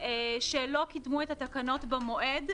שלא קידמו את התקנות במועד,